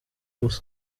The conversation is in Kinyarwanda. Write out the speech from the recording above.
gusa